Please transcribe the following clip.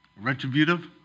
retributive